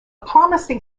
promising